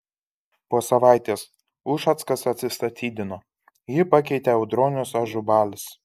po savaitės ušackas atsistatydino jį pakeitė audronius ažubalis